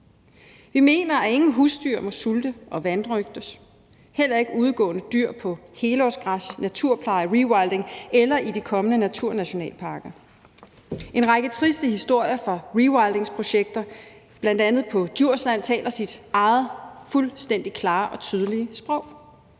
Vi mener, at ingen husdyr må sulte og vanrøgtes, heller ikke udegående dyr på helårsgræs, naturpleje, rewilding eller i de kommende naturnationalparker. En række triste historier fra rewildingsprojekter, bl.a. på Djursland, taler deres eget fuldstændig klare og tydelige sprog: